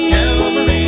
Calvary